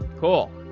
cool.